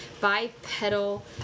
bipedal